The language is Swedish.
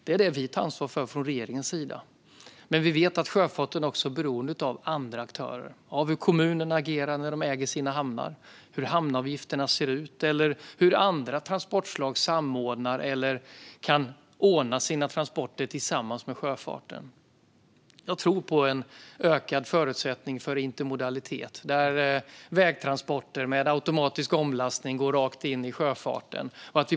Det är det som regeringen tar ansvar för. Vi vet dock att sjöfarten är beroende även av andra aktörer. De är beroende av hur kommunerna som äger sina hamnar agerar, hur hamnavgifterna ser ut eller hur andra transportslag samordnar eller kan ordna sina transporter tillsammans med sjöfarten. Jag tror på en ökad förutsättning för intermodalitet, där vägtransporter med automatisk omlastning går rakt in i sjöfarten.